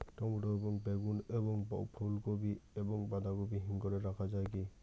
Tomato এবং বেগুন এবং ফুলকপি এবং বাঁধাকপি হিমঘরে রাখা যায় কি?